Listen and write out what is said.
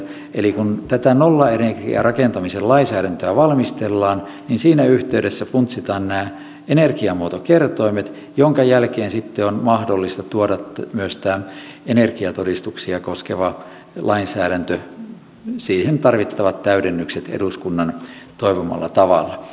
eli kun tätä nollaenergiarakentamisen lainsäädäntöä valmistellaan niin siinä yhteydessä funtsitaan nämä energiamuotokertoimet minkä jälkeen sitten on mahdollista tuoda myös tämä energiatodistuksia koskeva lainsäädäntö ja siihen tarvittavat täydennykset eduskunnan toivomalla tavalla